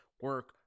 Work